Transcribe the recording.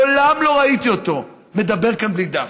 מה, הוא יעלה בלי טקסט?